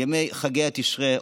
ימי חגי תשרי,